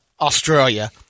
Australia